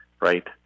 right